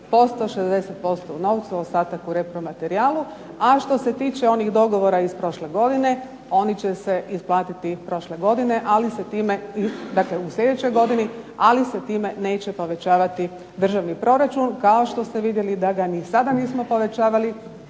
60% u novcu, ostatak u repromaterijalu. A što se tiče onih dogovora iz prošle godine oni će se isplatiti prošle godine, ali se time, dakle u sljedećoj godini, ali se time neće povećavati dražvni proračun, kao što ste vidjeli da ga ni sada nismo povećavali,